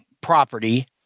property